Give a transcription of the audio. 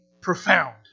profound